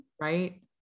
right